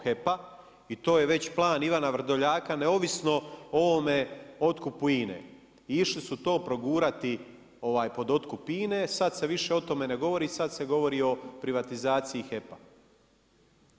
HEP-a i to je već plan Ivana Vrdoljaka neovisno o ovome otkupu INA-e i išli su to progurati pod otkup INA-e. sada se više o tome ne govori, sada se govori o privatizaciji HEP-a.